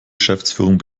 geschäftsführung